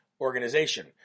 organization